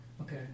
Okay